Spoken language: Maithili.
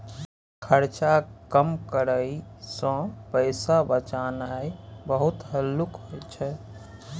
खर्चा कम करइ सँ पैसा बचेनाइ बहुत हल्लुक होइ छै